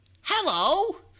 hello